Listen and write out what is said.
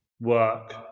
work